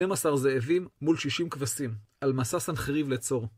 12 זאבים מול 60 כבשים, על מסע סנחריב לצור.